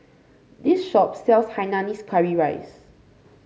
this shop sells Hainanese Curry Rice